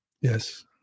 Yes